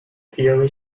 theory